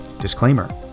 Disclaimer